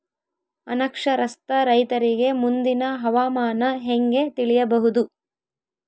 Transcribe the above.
ಅನಕ್ಷರಸ್ಥ ರೈತರಿಗೆ ಮುಂದಿನ ಹವಾಮಾನ ಹೆಂಗೆ ತಿಳಿಯಬಹುದು?